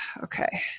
Okay